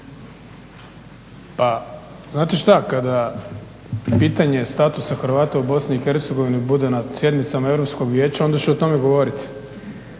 Pa znate šta kada pitanje statusa Hrvata u BiH bude na sjednicama Europskog vijeća onda ću o tome govoriti,